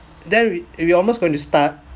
then we almost going to start